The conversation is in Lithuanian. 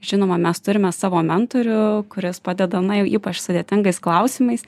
žinoma mes turime savo mentorių kuris padeda na jau ypač sudėtingais klausimais